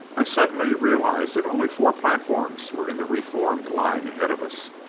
i suddenly realized that only four platforms were in the re-formed line ahead of us.